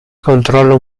controlla